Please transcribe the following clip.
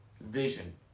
vision